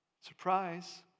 Surprise